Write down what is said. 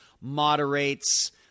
moderates